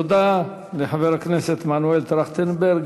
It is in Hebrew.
תודה לחבר הכנסת מנואל טרכטנברג.